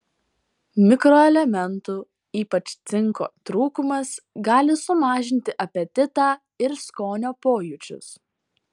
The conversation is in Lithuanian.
mikroelementų ypač cinko trūkumas gali sumažinti apetitą ir skonio pojūčius